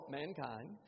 mankind